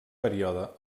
període